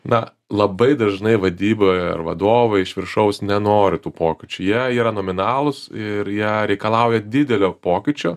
na labai dažnai vadyba ir vadovai iš viršaus nenori tų pokyčių jie yra nominalūs ir jie reikalauja didelio pokyčio